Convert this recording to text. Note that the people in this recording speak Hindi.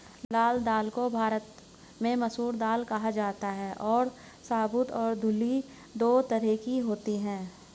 लाल दाल को भारत में मसूर दाल कहा जाता है और साबूत और धुली दो तरह की होती है